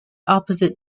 opposite